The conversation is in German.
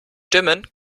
stimmen